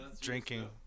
drinking